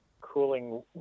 cooling